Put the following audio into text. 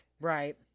Right